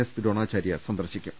S Dronacharya സന്ദർശിക്കും